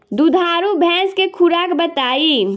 दुधारू भैंस के खुराक बताई?